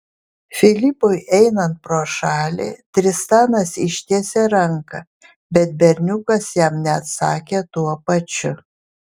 filipui einant pro šalį tristanas ištiesė ranką bet berniukas jam neatsakė tuo pačiu